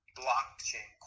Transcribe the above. blockchain